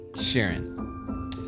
Sharon